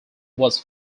was